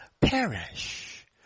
perish